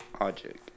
Logic